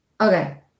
Okay